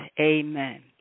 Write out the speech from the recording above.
amen